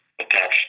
attached